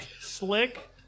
slick